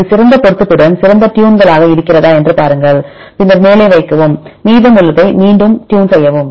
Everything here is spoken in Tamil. இது சிறந்த பொருத்தத்துடன் சிறந்த ட்யூன்களாக இருக்கிறதா என்று பாருங்கள் பின்னர் மேலே வைக்கவும் மீதமுள்ளவை மீண்டும் டியூன் செய்யவும்